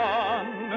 one